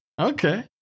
Okay